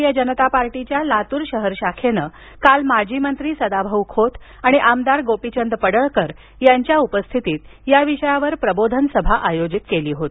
भारतीय जनता पार्टीच्या लातूर शहर शाखेनं काल माजी मंत्री सदाभाऊ खोत आणि आमदार गोपीचंद पडळकर यांच्या उपस्थितीत या विषयावर प्रबोधन सभा आयोजित केली होती